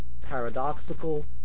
paradoxical